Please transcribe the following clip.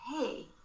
Hey